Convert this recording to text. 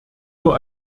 nur